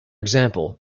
example